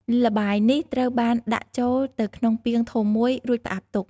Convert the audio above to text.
ល្បាយនេះត្រូវបានដាក់ចូលទៅក្នុងពាងធំមួយ រួចផ្អាប់ទុក។